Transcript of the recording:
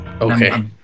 Okay